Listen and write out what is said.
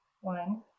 One